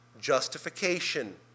justification